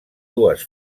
dues